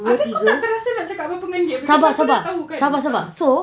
abeh kau tak terasa nak cakap apa-apa dengan dia cause kau dah tahu kan ah